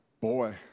Boy